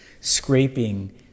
scraping